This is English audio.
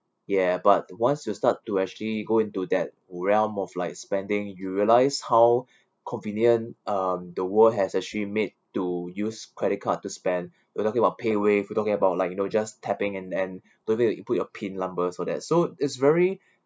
ya but once you start to actually go into that realm of like spending you realise how convenient um the world has actually made to use credit card to spend you talking about payWave you talking about like you know just tapping and and don't even need to put your pin number so that so is very